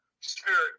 Spirit